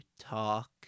talk